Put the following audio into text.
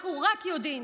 אנחנו רק יודעים